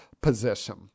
position